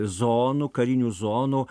zonų karinių zonų